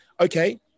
okay